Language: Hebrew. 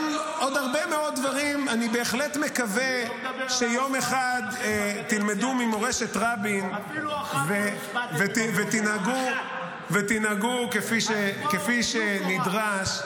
אני מקווה בשבילכם שיום אחד תלמדו ממורשת רבין ותנהגו כפי שנדרש.